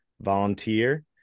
volunteer